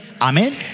Amen